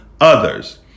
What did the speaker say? others